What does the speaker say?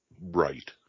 right